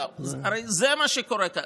זהו, הרי זה מה שקורה כאן.